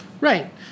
Right